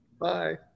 bye